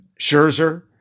Scherzer